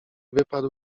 wypadł